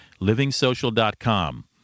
livingsocial.com